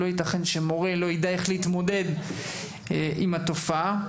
לא יתכן שמורה לא ידע איך להתמודד עם התופעה.